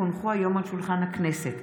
כי הונחו היום על שולחן הכנסת,